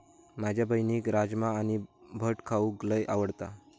माझ्या बहिणीक राजमा आणि भट खाऊक लय आवडता